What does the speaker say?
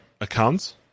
account